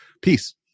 Peace